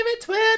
Twitter